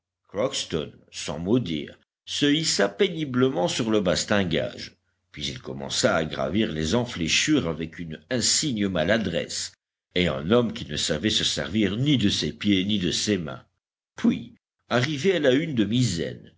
crockston sans mot dire se hissa péniblement sur le bastingage puis il commença à gravir les enfléchures avec une insigne maladresse et en homme qui ne savait se servir ni de ses pieds ni de ses mains puis arrivé à la hune de misaine